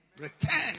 return